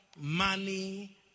money